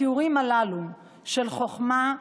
התיאורים הללו של חוכמה,